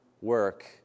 work